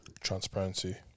Transparency